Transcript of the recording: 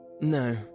No